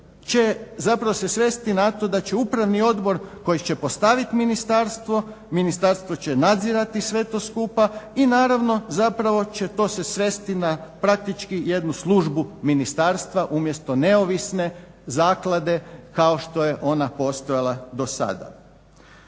će zapravo se svesti na to da će upravni odbor koji će postaviti ministarstvo, ministarstvo će nadzirati sve to skupa i naravno zapravo će to se svesti na praktički jednu službu ministarstva umjesto neovisne zaklade kao što je ona postojala dosada.